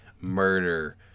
murder